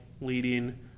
leading